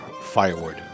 firewood